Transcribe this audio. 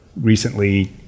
recently